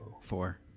Four